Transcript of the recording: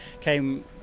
came